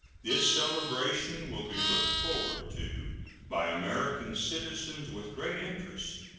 this celebration will be looked forward to by american citizens with great interest,